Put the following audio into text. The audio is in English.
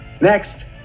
next